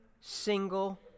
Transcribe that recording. single